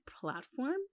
platform